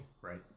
Right